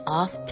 off